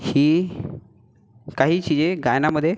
ही काही चीजे गायनामध्ये